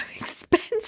expensive